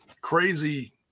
crazy